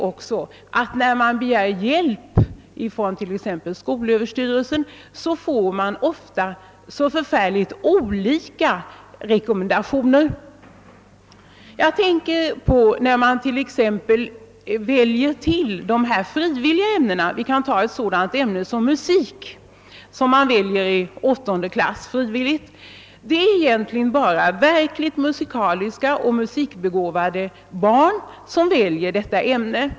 Och när man begär hjälp från skolöverstyrelsen, får man ofta så förfärligt olika rekommendationer. Särskilt besvärlig är betygsättningen i vissa tillvalsämnena. Vi kan t.ex. ta ämnet musik, som i klass 8 kan väljas frivilligt. Det är egentligen bara verkligt musikaliska och musikintresserade barn som väljer detta ämne.